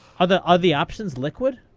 are the are the options liquid?